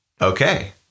okay